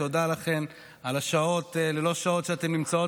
תודה לכן על השעות-לא-שעות שאתן נמצאות